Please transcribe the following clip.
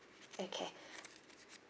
okay